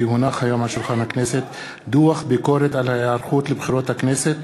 כי הונח היום על שולחן הכנסת דוח ביקורת על ההיערכות לבחירות לכנסת